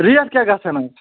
rate کیٛاہ گژھان اَز